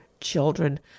children